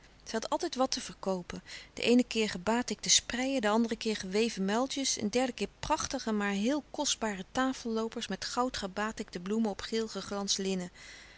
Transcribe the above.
zij had altijd wat te verkoopen den eenen keer gebatikte spreien den anderen keer geweven muiltjes een derde keer prachtige maar heel kostbare tafelloopers met goudgebatikte bloemen op geel geglansd linnen